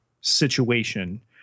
situation